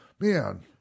man